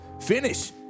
finish